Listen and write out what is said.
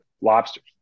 lobsters